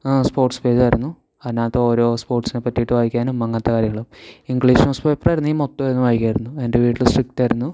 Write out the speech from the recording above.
ആ sports page ആയിരുന്നു അതിനകത്ത് ഓരോ സ്പോർട്സിനെ പറ്റിയിട്ടു വായിക്കാനും അങ്ങനത്തെ കാര്യങ്ങളും ഇംഗ്ലീഷ് ന്യൂസ് പേപ്പർ ആയിരുന്നെങ്കിൽ മൊത്തം ഇരുന്നു വായിക്കുകയായിരുന്നു എൻ്റെ വീട്ടിൽ സ്ട്രിക്റ്റ് ആയിരുന്നു